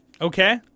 Okay